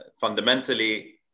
fundamentally